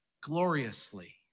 gloriously